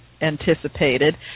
anticipated